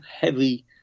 heavy